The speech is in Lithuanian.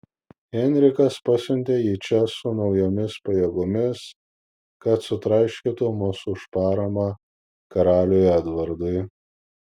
henrikas pasiuntė jį čia su naujomis pajėgomis kad sutraiškytų mus už paramą karaliui edvardui